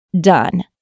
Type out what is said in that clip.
done